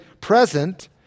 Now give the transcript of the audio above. present